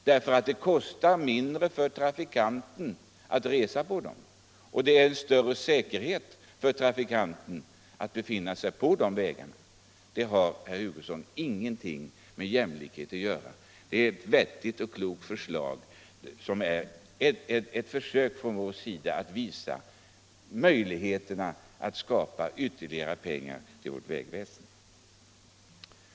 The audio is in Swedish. Det kostar mindre för trafikanten att resa på motorvägar och det innebär större säkerhet för trafikanten att befinna sig på dem. Detta har, herr Hugosson, ingenting med jämlikhet att göra. Det är ett vettigt och klokt förslag som är ett försök från vår sida att visa möjligheterna att skaffa ytterligare pengar till vägväsendet.